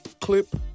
clip